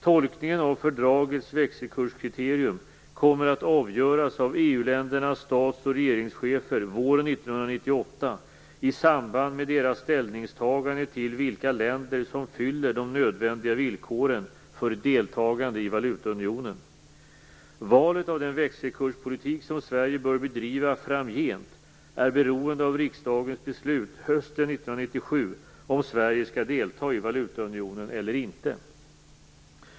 Tolkningen av fördragets växelkurskriterium kommer att avgöras av EU-ländernas stats och regeringschefer våren 1998 i samband med deras ställningstagande till vilka länder som uppfyller de nödvändiga villkoren för deltagande i valutaunionen. Valet av den växelkurspolitik som Sverige bör bedriva framgent är beroende av riksdagens beslut hösten 1997 om Sverige skall delta i valutaunionen eller inte.